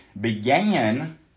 began